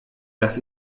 dass